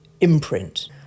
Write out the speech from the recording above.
imprint